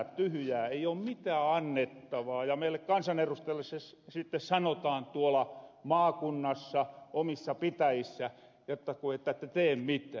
ei oo mitään annettavaa ja meille kansanerustajille sitten sanotaan tuola maakunnassa omissa pitäjissä jotta ku että te tee mitään